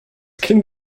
kind